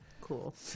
cool